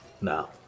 now